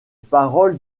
paroles